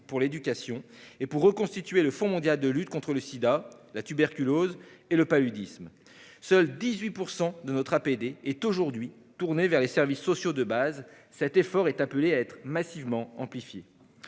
pour l'éducation et à reconstituer le Fonds mondial de lutte contre le sida, la tuberculose et le paludisme. Seulement 18 % de notre APD sont aujourd'hui tournés vers les services sociaux de base ; cet effort est appelé à être massivement amplifié.